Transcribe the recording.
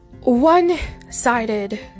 one-sided